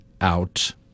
out